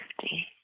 safety